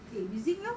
eh busy kau